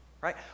right